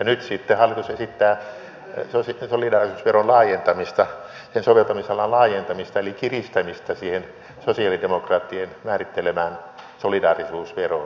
nyt sitten hallitus esittää solidaarisuusveron laajentamista ja soveltamisalan laajentamista eli kiristämistä siihen sosialidemokraattien määrittelemään solidaarisuusveroon